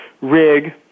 rig